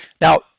now